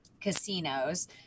casinos